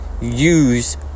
use